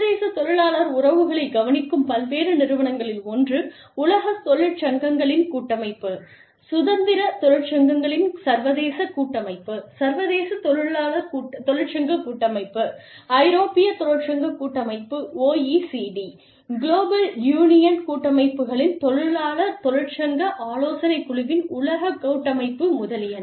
சர்வதேச தொழிலாளர் உறவுகளைக் கவனிக்கும் பல்வேறு நிறுவனங்களில் ஒன்று உலக தொழிற்சங்கங்களின் கூட்டமைப்பு சுதந்திர தொழிற்சங்கங்களின் சர்வதேச கூட்டமைப்பு சர்வதேச தொழிற்சங்க கூட்டமைப்பு ஐரோப்பியத் தொழிற்சங்க கூட்டமைப்பு OECD குளோபல் யூனியன் கூட்டமைப்புகளின் தொழிலாளர் தொழிற்சங்க ஆலோசனைக் குழுவின் உலக கூட்டமைப்பு முதலியன